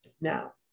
Now